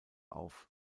auf